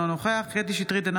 אינו נוכח קטי קטרין שטרית,